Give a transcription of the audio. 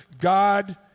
God